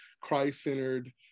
christ-centered